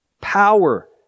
power